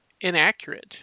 inaccurate